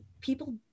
people